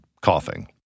coughing